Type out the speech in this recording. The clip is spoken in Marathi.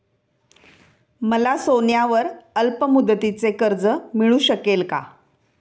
मला सोन्यावर अल्पमुदतीचे कर्ज मिळू शकेल का?